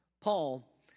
Paul